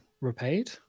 repaid